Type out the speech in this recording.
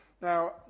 Now